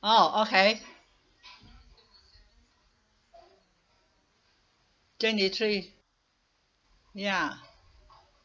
oh okay twenty three ya